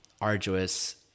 arduous